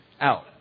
out